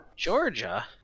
Georgia